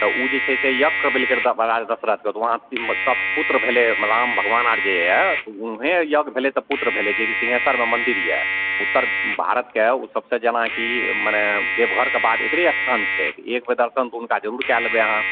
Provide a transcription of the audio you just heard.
तऽ ओ जे छै से यज्ञ करबेलकै राजा दशरथके तऽ वहाँ सभ पुत्र भेलै राम भगवान आओर जे यऽ तऽ वएह यज्ञ भेलै तऽ पुत्र भेलै जेकि सिँहेश्वरमे मन्दिर यऽ उत्तर भारतके सबसे जेनाकि मने देवघरके बाद एकरे अस्थान छै एकबेर दर्शन तऽ हुनका जरूर कै लेबै अहाँ